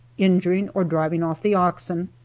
injuring or driving off the oxen,